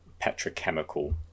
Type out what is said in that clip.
petrochemical